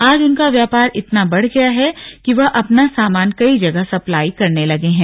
आज उनका व्यापार इतना बढ़ गया है की वह अपना सामान कई जगह सप्लाई करने लगे हैं